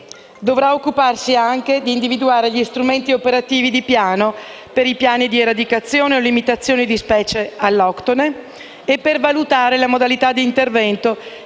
dovrà occuparsi anche di individuare gli strumenti operativi di piano per i piani di eradicazione o limitazione di specie alloctone e per valutare la modalità di intervento